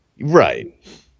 Right